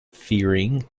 fearing